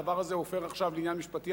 הדבר הזה עובר עכשיו לעניין משפטי,